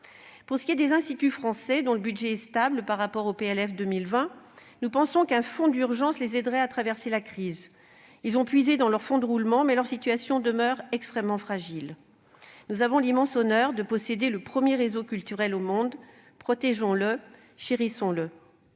ce réseau. Quant aux instituts français, dont le budget est stable par rapport à la loi de finances pour 2020, nous pensons qu'un fonds d'urgence les aiderait à traverser la crise. Ils ont puisé dans leur fonds de roulement, mais leur situation demeure extrêmement fragile. Nous avons l'immense honneur de posséder le premier réseau culturel au monde ; protégeons-le, chérissons-le